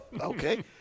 Okay